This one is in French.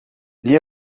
née